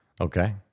Okay